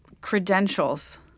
Credentials